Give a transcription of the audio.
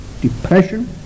depression